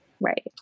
right